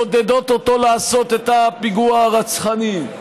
מעודדות אותו לעשות את הפיגוע הרצחני,